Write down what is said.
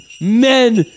men